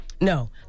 No